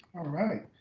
um right,